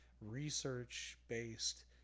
research-based